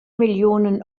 millionen